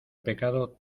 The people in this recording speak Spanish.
pecado